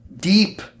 deep